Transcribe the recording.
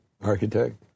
architect